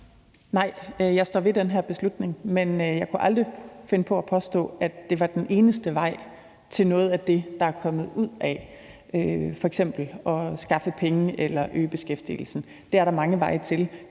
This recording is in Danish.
Nej, jeg står ved den her beslutning, men jeg kunne aldrig finde på at påstå, at det var den eneste vej til noget af det, der er kommet ud af den, f.eks. at skaffe penge eller øge beskæftigelsen. Det er der mange veje til.